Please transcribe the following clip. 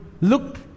look